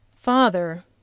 Father